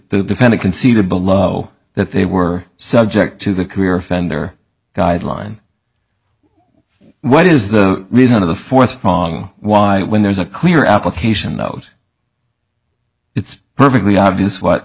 defendant conceded below that they were subject to the career offender guideline what is the reason of the fourth prong why when there's a clear application note it's perfectly obvious what